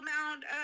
amount